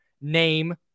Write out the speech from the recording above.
name